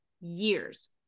years